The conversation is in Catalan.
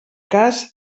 cas